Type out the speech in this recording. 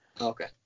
okay